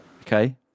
Okay